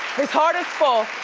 his heart full,